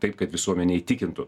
taip kad visuomenę įtikintų